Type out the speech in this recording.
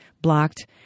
blocked